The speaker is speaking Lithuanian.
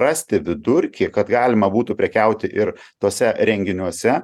rasti vidurkį kad galima būtų prekiauti ir tuose renginiuose